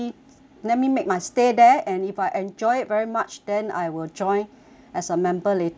let me make my stay there and if I enjoy it very much then I will join as a member later on